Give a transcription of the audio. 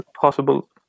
Possible